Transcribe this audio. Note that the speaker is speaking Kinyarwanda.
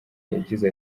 yagize